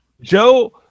joe